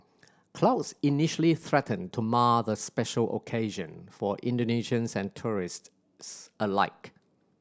clouds initially threatened to mar the special occasion for Indonesians and tourists alike